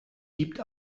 gibt